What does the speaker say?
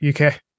UK